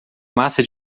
massa